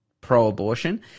pro-abortion